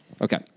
Okay